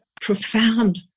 profound